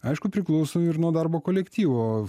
aišku priklauso ir nuo darbo kolektyvo